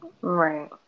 Right